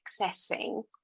accessing